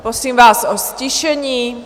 Prosím vás o ztišení.